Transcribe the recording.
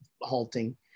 halting